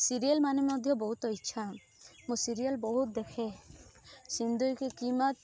serial ମାନେ ମଧ୍ୟ ବହୁତ ଇଚ୍ଛା ମୁଁ ସିରିଏଲ ବହୁତ ଦେଖେ ସିନ୍ଦୁର କି କିମତ